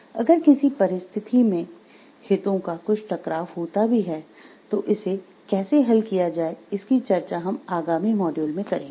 अगर किसी परिस्थिति में हितों का कुछ टकराव होता भी है तो इसे कैसे हल किया जाए इसकी चर्चा हम आगामी मॉड्यूल में करेंगे